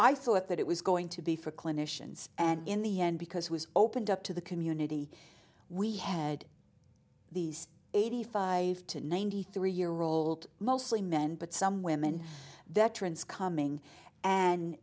i thought that it was going to be for clinicians and in the end because it was opened up to the community we had these eighty five to ninety three year old mostly men but some women veterans coming and